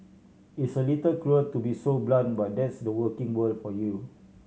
it's a little cruel to be so blunt but that's the working world for you